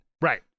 Right